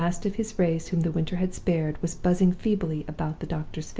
the last of his race whom the winter had spared, was buzzing feebly about the doctor's face.